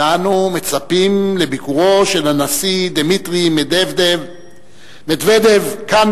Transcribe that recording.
ואנו מצפים לביקורו של הנשיא דימיטרי מדוודב כאן,